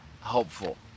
helpful